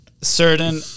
certain